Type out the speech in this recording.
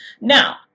Now